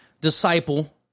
disciple